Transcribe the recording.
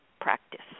practice